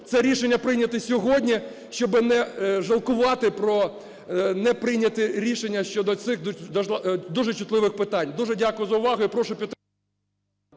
це рішення прийняти сьогодні, щоби не жалкувати про неприйняте рішення щодо цих, дуже чутливих, питань. Дуже дякую за увагу. І прошу підтримати.